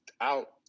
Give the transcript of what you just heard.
out